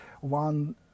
one